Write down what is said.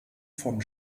vom